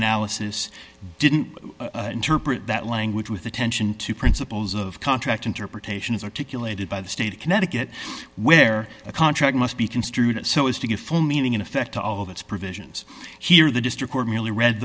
analysis didn't interpret that language with attention to principles of contract interpretation as articulated by the state of connecticut where a contract must be construed so as to give full meaning in effect to all of its provisions here the district court merely read